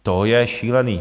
To je šílené.